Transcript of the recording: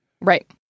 Right